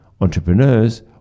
entrepreneurs